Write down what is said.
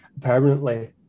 permanently